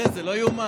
תראה, זה לא יאומן.